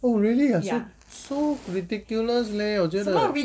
oh really ah so so ridiculous leh 我觉得